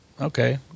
okay